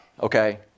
okay